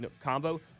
combo